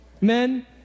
Men